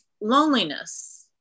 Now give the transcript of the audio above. loneliness